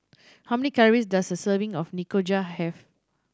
how many calories does a serving of Nikujaga have